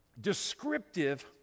descriptive